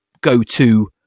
go-to